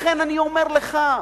לכן אני אומר לך,